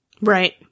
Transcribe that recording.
Right